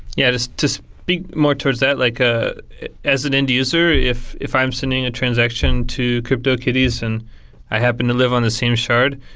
yeah. to so to speak more towards that, like ah as an end-user, if if i'm sending a transaction to cryptokitties and i happen to live on the same shard,